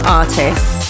artists